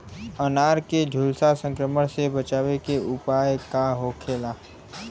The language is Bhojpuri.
अनार के झुलसा संक्रमण से बचावे के उपाय का होखेला?